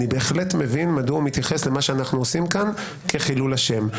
אני בהחלט מבין מדוע הוא מתייחס למה שאנחנו עושים כאן כחילול השם.